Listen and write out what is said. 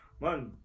Man